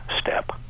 step